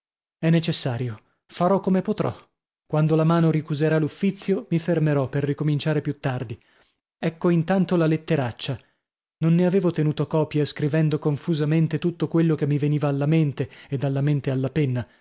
è necessario farò come potrò quando la mano ricuserà l'uffizio mi fermerò per ricominciare più tardi ecco intanto la letteraccia non ne avevo tenuto copia scrivendo confusamente tutto quello che mi veniva alla mente e dalla mente alla penna